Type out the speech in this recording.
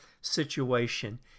situation